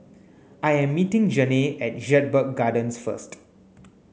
I am meeting Janae at Jedburgh Gardens first